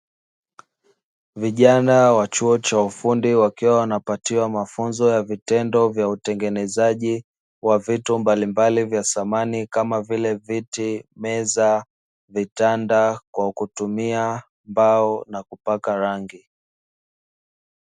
Vijana wa chuo cha ufundi wakiwa wanapatiwa mafunzo ya vitendo ya utengenezaji wa vitu mbalimbali vya samani kama vile: viti, meza, vitanda kwa kutumia mbao na kupaka rangi.